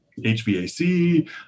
HVAC